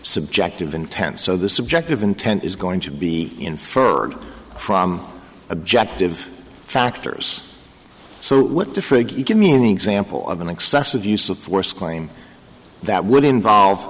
subjective intense so the subjective intent is going to be inferred from objective factors so give me an example of an excessive use of force claim that would involve